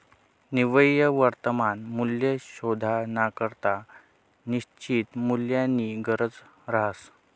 निव्वय वर्तमान मूल्य शोधानाकरता निश्चित मूल्यनी गरज रहास